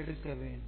எடுக்க வேண்டும்